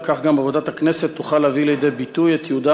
וכך גם עבודת הכנסת תוכל להביא לידי ביטוי את ייעודה